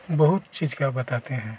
बहुत चीज़ का बताते हैं